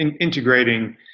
integrating